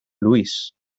luís